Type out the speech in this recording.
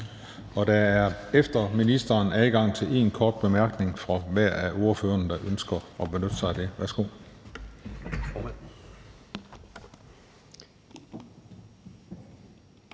besvarelse er der adgang til én kort bemærkning fra hver ordfører, der ønsker at benytte sig af det. Værsgo